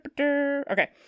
Okay